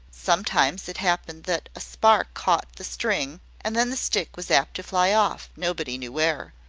sometimes it happened that a spark caught the string and then the stick was apt to fly off, nobody knew where.